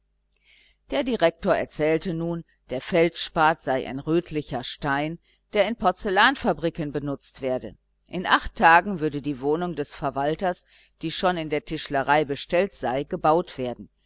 der direktor erzählte nun der feldspat sei ein rötlicher stein der in porzellanfabriken benutzt werde in acht tagen würde die wohnung des verwalters die schon in der tischlerei bestellt sei gebaut werden